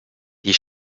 die